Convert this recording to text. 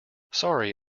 sorry